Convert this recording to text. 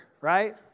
right